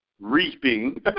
reaping